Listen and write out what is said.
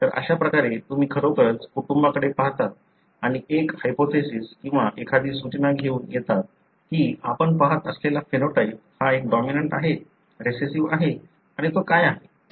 तर अशाप्रकारे तुम्ही खरोखरच कुटुंबाकडे पाहता आणि एक हायपोथेसिस किंवा एखादी सूचना घेऊन येतात की आपण पहात असलेला फेनोटाइप हा एक डॉमिनंट आहे रिसेस्सीव्ह आहे आणि तो काय आहे